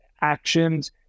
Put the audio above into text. actions